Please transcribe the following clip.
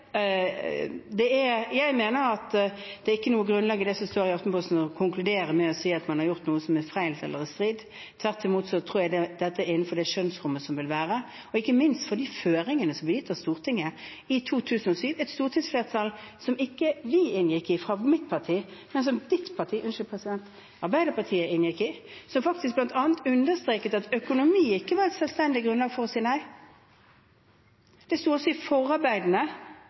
jeg mener at det ut fra det som står i Aftenposten, ikke er noe grunnlag for å konkludere og si at man har gjort noe som er feil eller i strid med noe. Tvert imot tror jeg dette er innenfor det skjønnsrommet som vil være, ikke minst fordi føringene som ble gitt av Stortinget i 2007 – et stortingsflertall som vi fra mitt parti ikke inngikk i, men som Arbeiderpartiet inngikk i – bl.a. understreket at økonomi ikke var et selvstendig grunnlag for å si nei. Det sto i forarbeidene